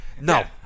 No